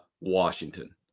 Washington